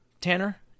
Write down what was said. Tanner